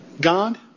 God